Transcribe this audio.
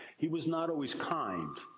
he was not always kind,